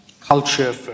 culture